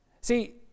See